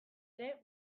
ere